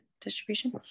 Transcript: distribution